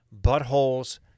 buttholes